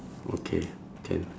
okay can